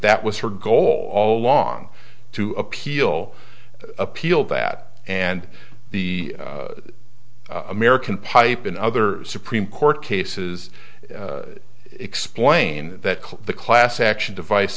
that was her goal all along to appeal appeal that and the american pipe and other supreme court cases explain that the class action device